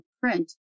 print